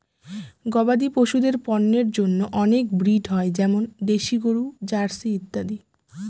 গবাদি পশুদের পন্যের জন্য অনেক ব্রিড হয় যেমন দেশি গরু, জার্সি ইত্যাদি